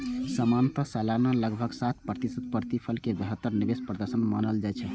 सामान्यतः सालाना लगभग सात प्रतिशत प्रतिफल कें बेहतर निवेश प्रदर्शन मानल जाइ छै